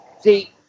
See